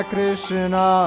Krishna